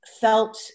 felt